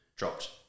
dropped